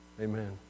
Amen